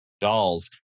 dolls